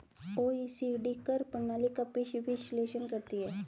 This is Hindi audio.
ओ.ई.सी.डी कर प्रणाली का विश्लेषण करती हैं